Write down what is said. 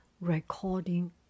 recording